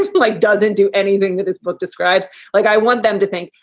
like doesn't do anything that this book describes. like, i want them to think.